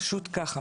פשוט כך.